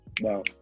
no